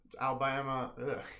Alabama